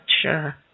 sure